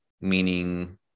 meaning